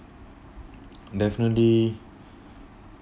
definitely